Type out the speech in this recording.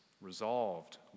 resolved